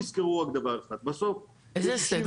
איזה הישג?